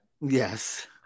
Yes